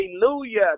Hallelujah